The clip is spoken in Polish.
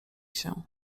się